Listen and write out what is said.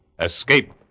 escape